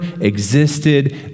existed